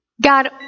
God